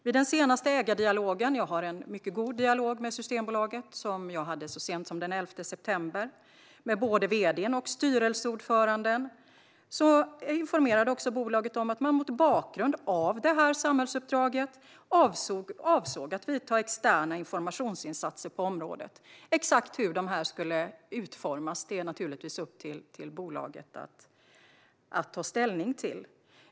Vid den senaste ägardialogen - jag har en mycket god dialog med Systembolaget - som jag hade så sent som den 11 september med både vd:n och styrelseordföranden informerade bolaget om att man mot bakgrund av det här samhällsuppdraget avsåg att göra externa informationsinsatser på området. Exakt hur de skulle utformas är naturligtvis upp till bolaget att ta ställning till.